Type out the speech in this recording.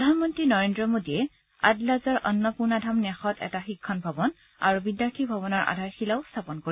প্ৰধানমন্ত্ৰী নৰেন্দ্ৰ মোডীয়ে আদালাজৰ অন্নপূৰ্ণাধাম ন্যাসত এটা শিক্ষণ ভৱন আৰু বিদ্যাৰ্থী ভৱনৰ আধাৰশিলা স্থাপন কৰিব